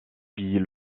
puis